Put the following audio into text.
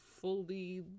fully